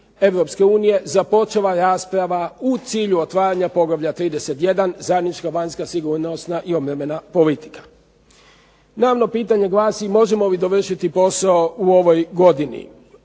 Europske unije započela rasprava u cilju otvaranja poglavlja 31. zajednička vanjska sigurnosna i obrambena politika. Realno pitanje glasi možemo li dovršiti posao u ovoj godini,